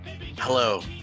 Hello